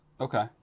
Okay